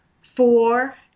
four